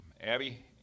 Abby